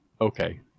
okay